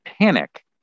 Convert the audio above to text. panic